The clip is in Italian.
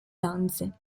danze